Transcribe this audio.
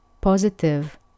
positive